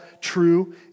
true